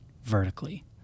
vertically